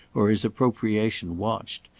or his appropriation watched.